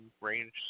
range